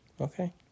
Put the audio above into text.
Okay